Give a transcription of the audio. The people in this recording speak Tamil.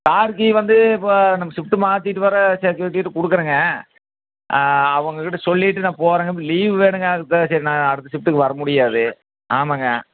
கார் கீ வந்து இப்போது நம்ம ஷிஃப்ட்டு மாத்திவிட்டு வர செக்யூரிட்டிகிட்ட கொடுக்கறேங்க அவங்க கிட்டே சொல்லிவிட்டு நான் போறேங்க இப்போ லீவு வேணும்ங்க அதுக்குதான் சரி நான் அடுத்த ஷிஃப்ட்டுக்கு வர முடியாது ஆமாங்க